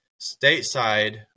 stateside